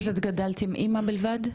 אז את גדלת עם אמא בלבד?